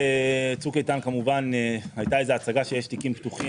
בצוק איתן הייתה הצגה שיש תיקים פתוחים,